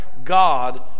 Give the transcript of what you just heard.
god